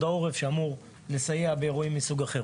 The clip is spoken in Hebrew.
העורף שאמור לסייע באירועים מסוג אחר.